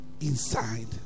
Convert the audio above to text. inside